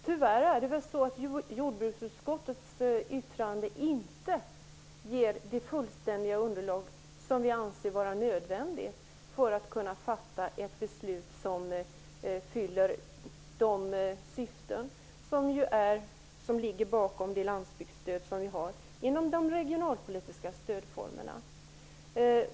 Tyvärr ger väl jordbruksutskottets yttrande inte det fullständiga underlag som vi anser vara nödvändigt för att vi skall kunna fatta ett beslut som fyller de syften som ligger bakom det landsbygdsstöd som vi har inom de regionalpolitiska stödformerna.